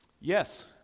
Yes